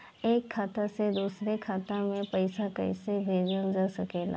एक खाता से दूसरे खाता मे पइसा कईसे भेजल जा सकेला?